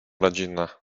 rodzinna